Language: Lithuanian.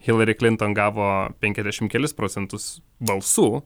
hilari klinton gavo penkiasdešim kelis procentus balsų